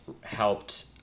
helped